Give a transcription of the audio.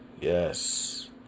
Yes